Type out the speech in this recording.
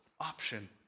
option